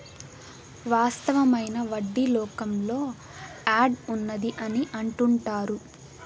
వాస్తవమైన వడ్డీ లోకంలో యాడ్ ఉన్నది అని అంటుంటారు